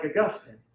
Augustine